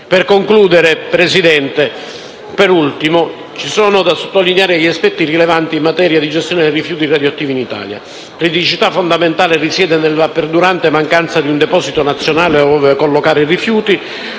Per concludere, signor Presidente, ci sono da sottolineare gli aspetti più rilevanti in tema di gestione dei rifiuti radioattivi in Italia. La criticità fondamentale risiede nella perdurante mancanza di un deposito nazionale ove collocare i rifiuti,